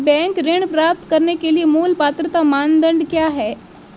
Bank ऋण प्राप्त करने के लिए मूल पात्रता मानदंड क्या हैं?